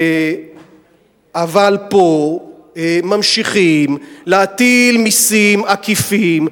אבל פה ממשיכים להטיל מסים עקיפים.